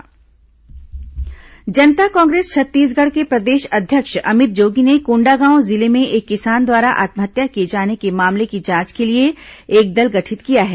किसान आत्महत्या जांच दल जनता कांग्रेस छत्तीसगढ़ के प्रदेश अध्यक्ष अमित जोगी ने कोंडागांव जिले में एक किसान द्वारा आत्महत्या किए जाने के मामले की जांच के लिए एक दल गठित किया है